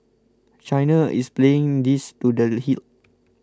China is playing this to the hilt